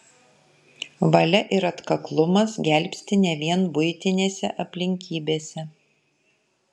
valia ir atkaklumas gelbsti ne vien buitinėse aplinkybėse